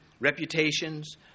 reputations